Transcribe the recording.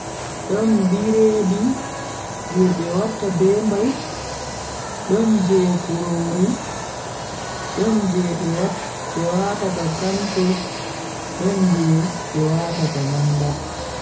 Don birede je be watta be mbai don je kurori don je be wat…be watata kantu don je e watata manda.